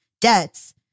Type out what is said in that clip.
debts